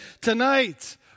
tonight